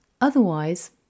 Otherwise